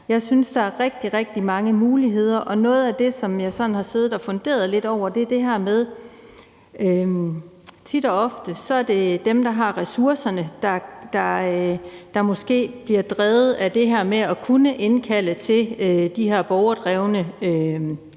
Jeg synes, der er rigtig, rigtig mange muligheder, og noget af det, som jeg sådan har siddet og funderet lidt over, er det her med, at det tit og ofte er dem, der har ressourcerne, der måske bliver drevet af det her med at kunne indkalde til de her borgerdrevne